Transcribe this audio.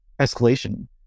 escalation